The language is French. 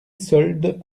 soldes